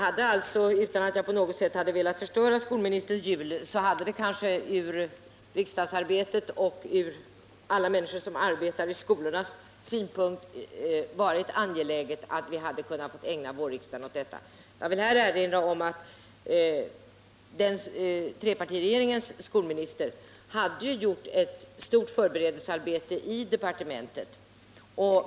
Utan att jag på något sätt hade velat förstöra skolministerns jul vill jag alltså påstå, att det med tanke på både riksdagsarbetet och alla människor som arbetar i skolan hade varit angeläget att vi hade kunnat få ägna vårriksdagen åt denna fråga. Jag vill erinra om att trepartiregeringens skolminister hade gjort ett stort förberedelsearbete i departementet.